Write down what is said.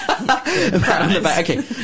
Okay